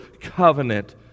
covenant